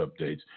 updates